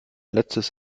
letztes